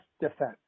defense